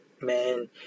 man